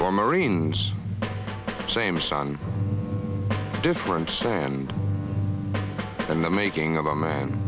for marines same sun difference and then the making of a man